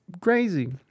crazy